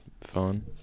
Fun